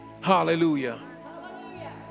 hallelujah